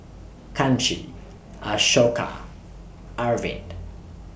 Kanshi Ashoka Arvind